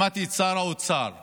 שמעתי את שר האוצר אומר: